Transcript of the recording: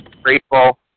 Grateful